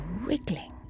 wriggling